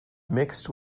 mixed